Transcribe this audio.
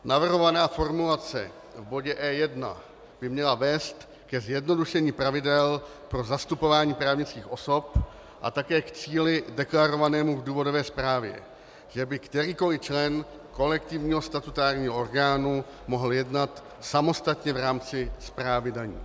Navrhovaná formulace v bodě E1 by měla vést ke zjednodušení pravidel pro zastupování právnických osob a také k cíli deklarovanému v důvodové zprávě, že by kterýkoli člen kolektivního statutárního orgánu mohl jednat samostatně v rámci správy daní.